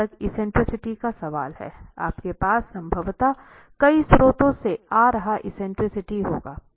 जहां तक एक्सेंट्रिसिटी का सवाल है आपके पास संभवतः कई स्रोतों से आ रहा एक्सेंट्रिसिटी होगा